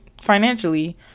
financially